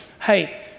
hey